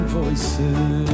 voices